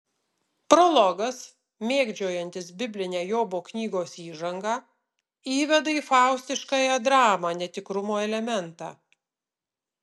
prologas mėgdžiojantis biblinę jobo knygos įžangą įveda į faustiškąją dramą netikrumo elementą